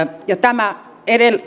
ja tämä